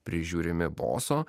prižiūrimi boso